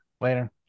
Later